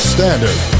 Standard